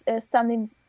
standing